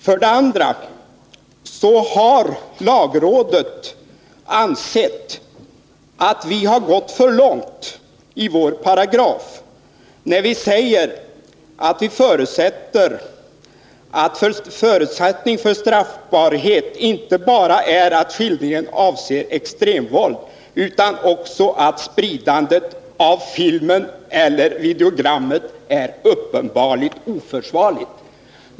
Vidare har lagrådet ansett att vi har gått för långt när vi i vårt förslag till lydelse av denna paragraf har skrivit att förutsättningen för straffbarhet inte bara är att skildringar avser extremvåld utan också att spridande av filmer eller videogram är uppenbarligen oförsvarligt.